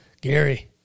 Gary